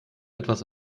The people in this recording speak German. etwas